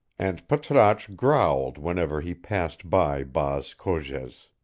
and patrasche growled whenever he passed by baas cogez.